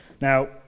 Now